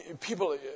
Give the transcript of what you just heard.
people